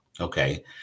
Okay